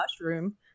mushroom